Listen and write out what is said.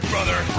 Brother